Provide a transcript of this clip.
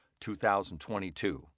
2022